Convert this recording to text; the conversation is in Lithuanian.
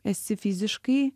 esi fiziškai